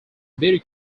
beauty